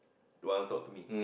don't want to talk to me